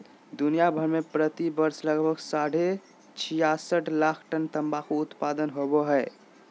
दुनिया भर में प्रति वर्ष लगभग साढ़े छियासठ लाख टन तंबाकू उत्पादन होवई हई,